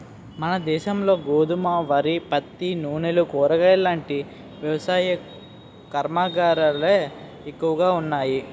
మనదేశంలో గోధుమ, వరి, పత్తి, నూనెలు, కూరగాయలాంటి వ్యవసాయ కర్మాగారాలే ఎక్కువగా ఉన్నాయి